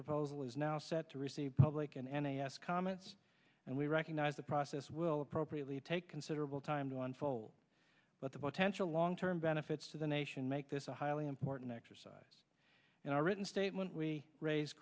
proposal is now set to receive public and n a s comments and we recognize the process will appropriately take considerable time to unfold but the potential long term benefits to the nation make this a highly important exercise and a written statement we raise